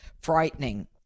frightening